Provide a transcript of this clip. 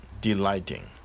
delighting